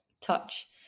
touch